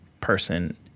person